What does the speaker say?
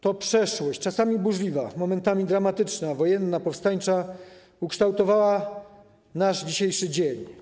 To przeszłość, czasami burzliwa, momentami dramatyczna, wojenna, powstańcza, ukształtowała nasz dzisiejszy dzień.